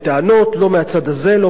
לא מהצד הזה ולא מהצד הזה.